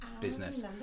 business